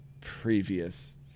previous